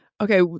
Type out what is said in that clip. Okay